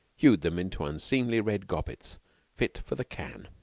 hewed them into unseemly red gobbets fit for the can.